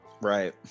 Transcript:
right